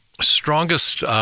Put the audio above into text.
strongest